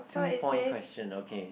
two point question okay